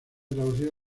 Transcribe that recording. traducida